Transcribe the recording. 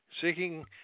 seeking